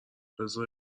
بزار